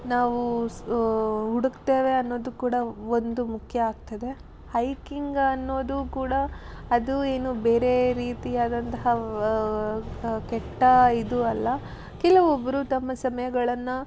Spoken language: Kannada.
ನಾವು ಸ ಹುಡುಕ್ತೇವೆ ಅನ್ನೋದು ಕೂಡ ಒಂದು ಮುಖ್ಯ ಆಗ್ತದೆ ಹೈಕಿಂಗ್ ಅನ್ನೋದು ಕೂಡ ಅದು ಏನು ಬೇರೆ ರೀತಿಯಾದಂತಹ ಕೆಟ್ಟ ಇದು ಅಲ್ಲ ಕೆಲವೊಬ್ಬರು ತಮ್ಮ ಸಮಯಗಳನ್ನು